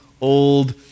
old